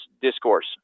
discourse